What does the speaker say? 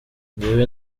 njyewe